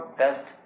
best